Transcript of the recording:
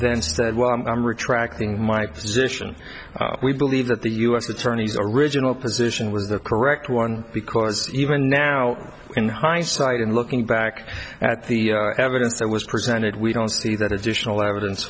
then said well i'm retracting my position we believe that the u s attorney's original position was the correct one because even now in hindsight and looking back at the evidence that was presented we don't see that additional evidence